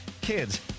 kids